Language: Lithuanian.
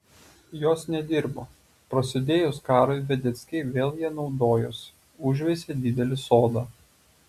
jos nedirbo prasidėjus karui vedeckiai vėl ja naudojosi užveisė didelį sodą